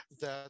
that-